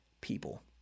people